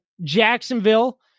Jacksonville